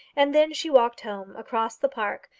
and then she walked home across the park,